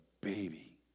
baby